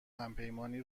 همپیمانی